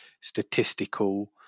statistical